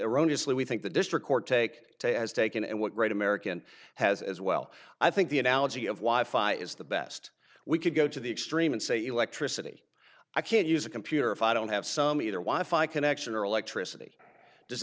is lee we think the district court take has taken and what right american has as well i think the analogy of why fi is the best we could go to the extreme and say electricity i can't use a computer if i don't have some either why fi connection or electricity does